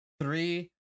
three